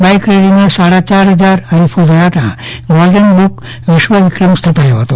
બાઈકરેલીમાં સાડા ચાર હજાર હરીફો જોડાતા ગોલ્ડન બુક વિશ્વ વવ્કમ નોંધાયા હતા